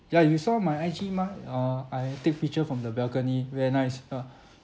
ya you saw my I_G mah uh I take picture from the balcony very nice ah